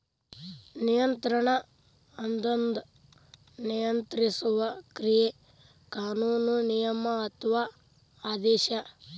ನಿಯಂತ್ರಣ ಅದೊಂದ ನಿಯಂತ್ರಿಸುವ ಕ್ರಿಯೆ ಕಾನೂನು ನಿಯಮ ಅಥವಾ ಆದೇಶ